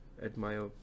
admire